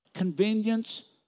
Convenience